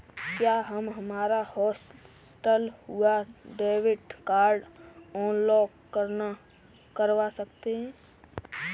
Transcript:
क्या हम हमारा हॉटलिस्ट हुआ डेबिट कार्ड अनब्लॉक करवा सकते हैं?